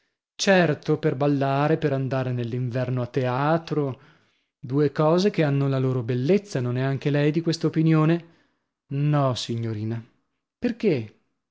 certo per ballare per andare nell'inverno a teatro due cose che hanno la loro bellezza non è anche lei di questa opinione no signorina perchè